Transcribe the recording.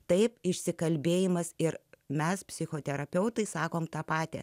taip išsikalbėjimas ir mes psichoterapeutai sakome tą patį